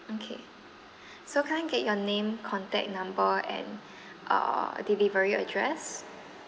okay so can I get your name contact number and uh delivery address